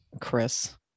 Chris